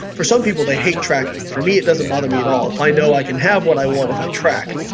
for some people, they hate tracking, for me it doesn't bother me at all if i know i can have what i want if i track.